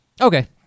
Okay